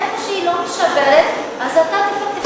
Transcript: איפה שהיא לא משפרת, אתה תפטור אותם.